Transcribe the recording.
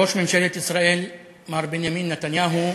ראש ממשלת ישראל, מר בנימין נתניהו,